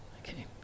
Okay